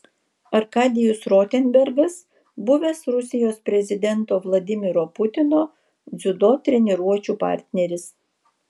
arkadijus rotenbergas buvęs rusijos prezidento vladimiro putino dziudo treniruočių partneris